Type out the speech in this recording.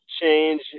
change